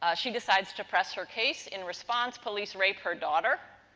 ah she decides to press her case. in response, police rape her daughter.